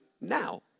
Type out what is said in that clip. now